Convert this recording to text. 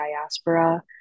diaspora